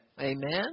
amen